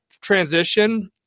transition